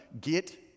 get